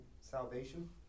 salvation